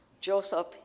Joseph